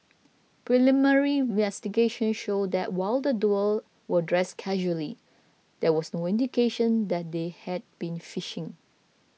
preliminary investigations showed that while the duo were dressed casually there was no indication that they had been fishing